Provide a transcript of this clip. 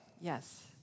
Yes